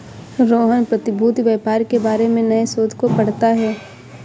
रोहन प्रतिभूति व्यापार के बारे में नए शोध को पढ़ता है